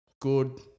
good